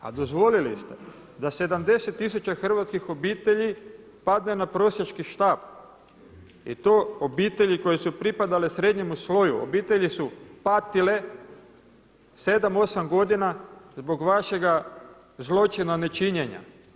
A dozvolili ste da 70 tisuća hrvatskih obitelji padne na prosjački štap i to obitelji koje su pripadale srednjemu sloju, obitelji su patile 7, 8 godina zbog vašega zločina nečinjenja.